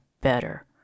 better